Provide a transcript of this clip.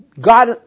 God